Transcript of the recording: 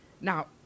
Now